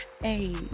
Hey